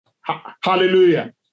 Hallelujah